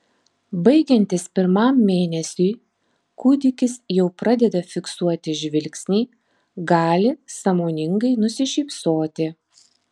baigiantis pirmam mėnesiui kūdikis jau pradeda fiksuoti žvilgsnį gali sąmoningai nusišypsoti